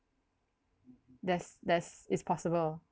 there's there's it's possible